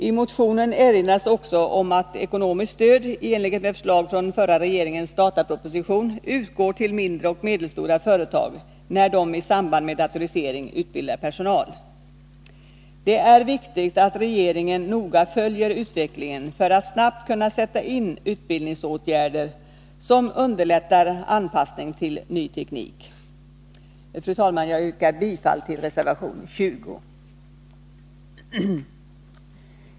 I motionen erinras också om att ekonomiskt stöd — i enlighet med förslag i den förra regeringens dataproposition — utgår till mindre och medelstora företag när de i samband med datorisering utbildar personal. Det är viktigt att regeringen noga följer utvecklingen för att snabbt kunna sätta in utbildningsåtgärder som underlättar anpassning till ny teknik. Fru talman! Jag yrkar bifall till reservation 20.